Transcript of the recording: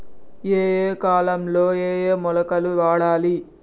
ఏయే కాలంలో ఏయే మొలకలు వాడాలి?